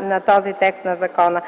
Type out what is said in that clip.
на този текст на закона.